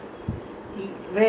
the fellow too much right